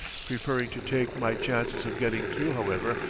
preferring to take my chances of getting through, however,